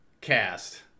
Cast